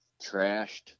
trashed